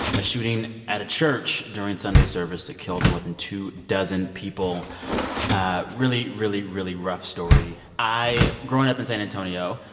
a shooting at a church during sunday service that killed more than two dozen people ah really, really, really rough story. i growing up in san antonio,